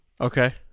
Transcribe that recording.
Okay